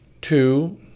Two